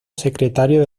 secretario